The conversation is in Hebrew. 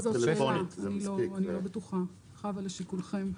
חוה, לשיקולכם.